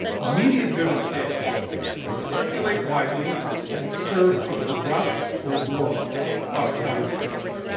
media driven tales that circulate widely and serve to corrupt or warp popular discourse.